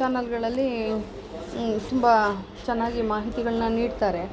ಚಾನಲ್ಗಳಲ್ಲಿ ತುಂಬ ಚೆನ್ನಾಗಿ ಮಾಹಿತಿಗಳನ್ನ ನೀಡ್ತಾರೆ